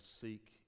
seek